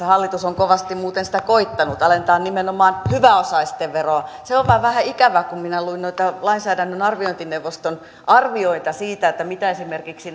hallitus on kovasti muuten koettanut alentaa nimenomaan hyväosaisten veroa se on vain vähän ikävää kun minä luin noita lainsäädännön arviointineuvoston arvioita siitä mitä esimerkiksi